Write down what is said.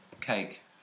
Cake